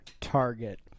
target